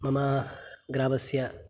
मम ग्रामस्य